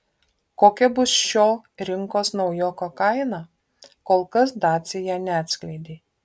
kokia bus šio rinkos naujoko kaina kol kas dacia neatskleidė